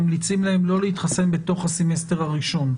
ממליצים להם לא להתחסן בתוך הסמסטר הראשון.